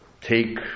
take